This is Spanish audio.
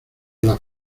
las